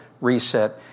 reset